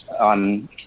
on